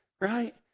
right